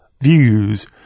views